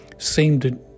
seemed